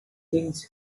things